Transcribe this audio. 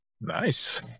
Nice